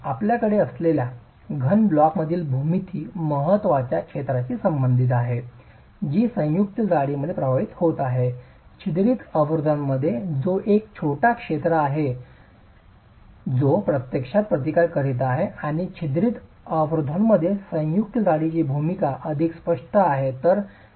आपल्याकडे असलेल्या घन ब्लॉकमधील भूमिती महत्वाच्या क्षेत्राशी संबंधित आहे जी संयुक्त जाडीमुळे प्रभावित होत आहे तर छिद्रित अवरोधांमध्ये तो एक छोटा क्षेत्र आहे जो प्रत्यक्षात प्रतिकार करीत आहे आणि छिद्रित अवरोधांमध्ये संयुक्त जाडीची भूमिका अधिक स्पष्ट आहे